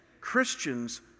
Christians